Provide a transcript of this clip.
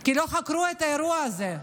כי לא חקרו את האירוע הזה,